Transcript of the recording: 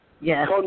Yes